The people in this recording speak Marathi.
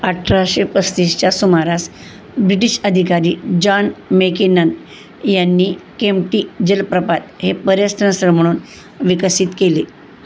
अठराशे पस्तीसच्या सुमारास ब्रिटिश अधिकारी जॉन मेकेनन यांनी केमटी जलप्रपात हे पर्यटनस्थळ म्हणून विकसित केले